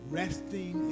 resting